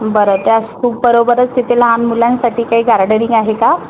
बरं त्या स्तूपबरोबरच तिथे लहान मुलांसाठी काही गार्डनिंग आहे का